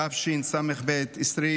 התשס"ב 2002,